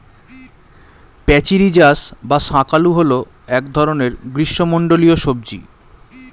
প্যাচিরিজাস বা শাঁকালু হল এক ধরনের গ্রীষ্মমণ্ডলীয় সবজি